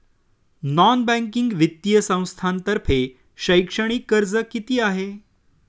Non banking वित्तीय संस्थांतर्फे शैक्षणिक कर्ज किती आहे?